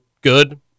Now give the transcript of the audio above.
good